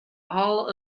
all